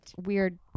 weird